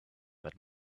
that